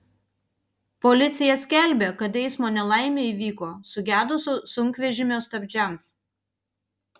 policija skelbia kad eismo nelaimė įvyko sugedus sunkvežimio stabdžiams